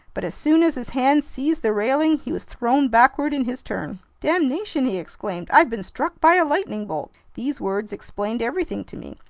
but as soon as his hands seized the railing, he was thrown backward in his turn. damnation! he exclaimed. i've been struck by a lightning bolt! these words explained everything to me.